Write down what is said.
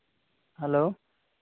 hello